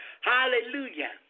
Hallelujah